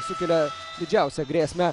sukelia didžiausią grėsmę